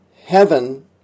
heaven